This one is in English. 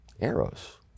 arrows